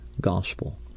gospel